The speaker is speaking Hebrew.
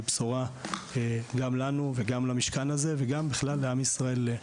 בשורה גם לנו וגם למשכן הזה וגם בכלל לעם ישראל.